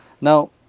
Now